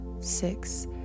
six